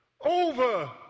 over